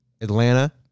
Atlanta